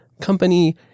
company